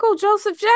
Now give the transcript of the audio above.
joseph